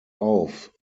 auf